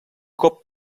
cop